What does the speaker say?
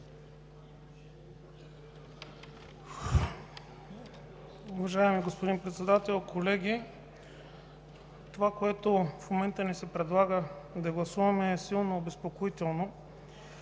Уважаеми господин Председател, колеги! Това, което в момента ни се предлага да гласуваме, е силно обезпокоително.